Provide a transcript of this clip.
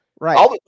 Right